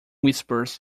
whispers